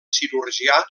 cirurgià